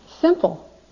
Simple